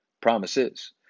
promises